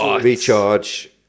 recharge